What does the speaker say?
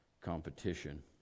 competition